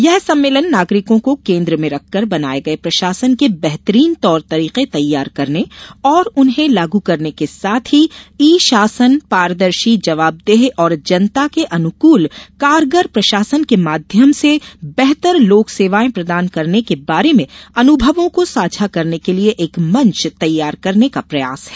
यह सम्मेलन नागरिकों को केन्द्र में रखकर बनाये गये प्रशासन के बेहतरीन तौर तरीके तैयार करने और उन्हें लागू करने के साथ ही ई शासनपारदर्शीजवाबदेह और जनता के अनुकूल कारगर प्रशासन के माध्यम से बेहतर लोक सेवाए प्रदान करने के बारे में अनुभवों को साझा करने के लिये एक मंच तैयार करने का प्रयास है